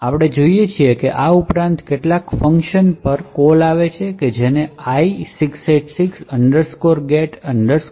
આપણે જોઈએ છીએ કે આ ઉપરાંત કેટલાક ફંક્શન પર કોલ આવે છે જેને i686 get pc thunk